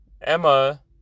Emma